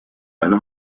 eine